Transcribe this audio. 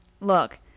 Look